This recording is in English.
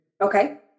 Okay